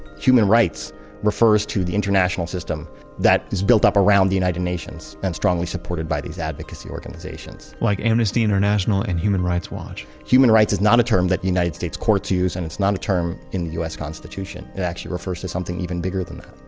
human rights refers to the international system that is built up around the united nations and strongly supported by these advocacy organizations like amnesty international and human rights watch human rights is not a term that united states courts use and it's not a term in us constitution, it actually refers to something even bigger than that.